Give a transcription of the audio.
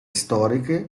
storiche